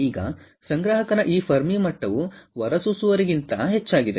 ಈಗ ಸಂಗ್ರಾಹಕನ ಈ ಫೆರ್ಮಿ ಮಟ್ಟವು ಹೊರಸೂಸುವವರಿಗಿಂತ ಹೆಚ್ಚಾಗಿದೆ